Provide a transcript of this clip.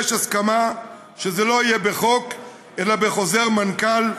יש הסכמה שזה לא יהיה בחוק אלא בחוזר מנכ"ל.